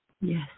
Yes